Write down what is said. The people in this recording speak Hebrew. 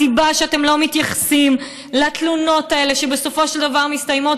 הסיבה שאתם לא מתייחסים לתלונות האלה שבסופו של דבר מסתיימות